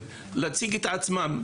ולהציג את עצמם?